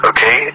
Okay